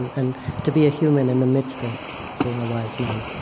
and to be a human in the midst of being a wise man